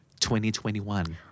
2021